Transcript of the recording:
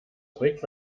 trägt